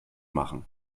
machen